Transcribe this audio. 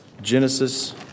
Genesis